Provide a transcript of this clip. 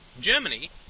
Germany